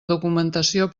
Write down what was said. documentació